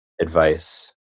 advice